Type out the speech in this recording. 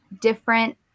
different